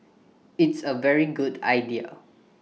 it's A very good idea